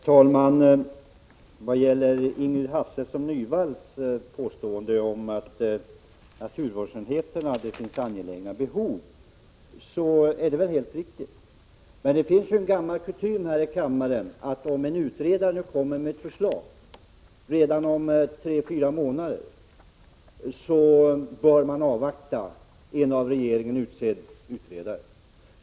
Herr talman! Ingrid Hasselström Nyvall påstod att det finns angelägna behov inom naturvårdsenheterna, och det är helt riktigt. Men enligt gammal kutym här i kammaren bör man avvakta en pågående utredning. I det här fallet kommer den utredare som regeringen har utsett att lämna ett förslag redan om tre fyra månader.